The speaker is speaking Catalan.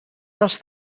dels